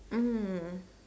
mm